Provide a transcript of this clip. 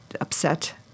upset